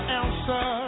answer